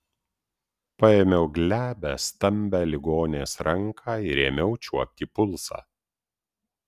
paėmiau glebią stambią ligonės ranką ir ėmiau čiuopti pulsą